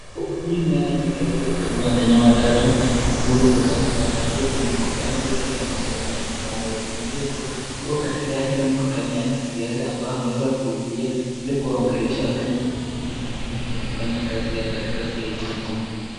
Huyu naye ni rais wa jumuia ya Kenya wa tatu, Uhuru Muigai Kenyatta akiwa kwenye mkutano akiwa amesalimia na mama huyo. wako katika ile mkutano wa kisiasa ambao ameweza kuhudhuria ili kuwaongelesha Wakenya kuifanya kazi yao katika sehemu hiyo.